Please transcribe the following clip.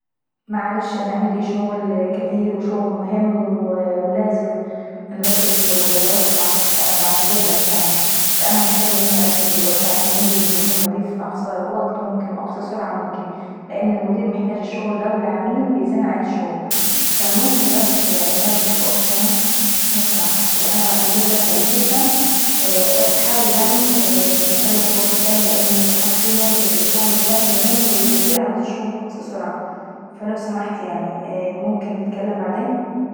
معلش انا عيندي شغل كاتير وشغل مهم ولازم انركزز في شغلي. لو سمحت أنا باعتذرلك لاني محتاجة انركز دلوكتي عشان ننجز المهمة دي في اقصى وكت واقصى سرعة ممكنة لان المدير محتاج الشغل دا والعميل بيزن على الشغل فاا ممكن بس ندردش في وكت تاني؟ لو سمحت وانا باعتذرلك جدا بس حاول يعني نتكلم في وكت تاني، لان حرفيا الشغل ابتاعي مهم والمديره عاوزه في اقصى سرعة. فلو سمحت يعناي ممكن نتلكم بعدين.